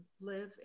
live